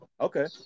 Okay